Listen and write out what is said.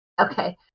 Okay